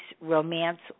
romance